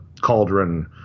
cauldron